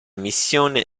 missione